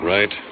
Right